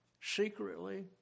secretly